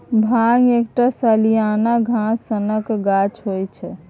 भांग एकटा सलियाना घास सनक गाछ होइ छै